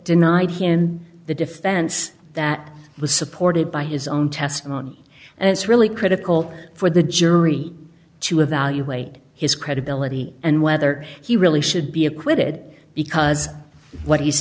denied he in the defense that was supported by his own testimony it's really critical for the jury to evaluate his credibility and whether he really should be acquitted because what he's